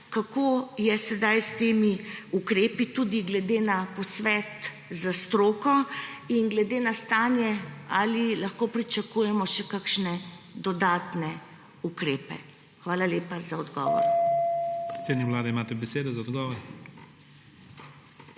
Kako je sedaj s temi ukrepi tudi glede na posvet s stroko in glede na stanje? Ali lahko pričakujemo še kakšne dodatne ukrepe? Hvala lepa za odgovor.